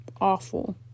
awful